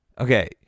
okay